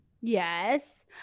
Yes